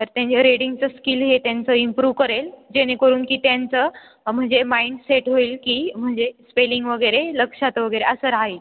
तर त्यांचे रेडिंगचं स्किल हे त्यांचं इम्प्रूव करेन जेणेकरून की त्यांचं म्हणजे माइंडसेट होईल की म्हणजे स्पेलिंग वगैरे लक्षात वगैरे असं राहील